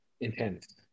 intense